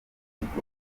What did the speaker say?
imihigo